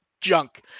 junk